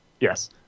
Yes